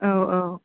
औ औ